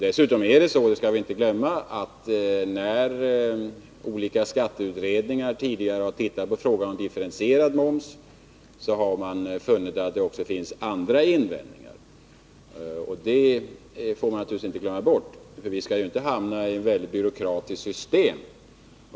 Dessutom är det så — och det skall vi inte glömma — att olika skatteutredningar tidigare har undersökt frågan om differentierad moms och funnit att det också finns andra invändningar att göra. Vi vill ju inte hamna i något väldigt byråkratiskt system.